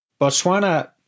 Botswana